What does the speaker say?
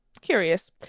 curious